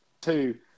two